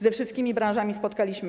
Ze wszystkimi branżami się spotkaliśmy.